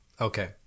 Okay